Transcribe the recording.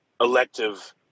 elective